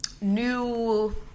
new